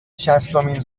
شصتمین